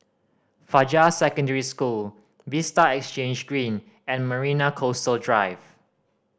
Fajar Secondary School Vista Exhange Green and Marina Coastal Drive